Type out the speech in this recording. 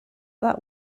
that